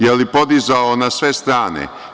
Je li podizao na sve strane?